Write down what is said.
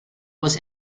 was